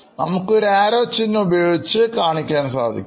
നമുക്ക് ഒരു arrow ചിഹ്നം ഉപയോഗിച്ച് കാണിക്കാൻ സാധിക്കും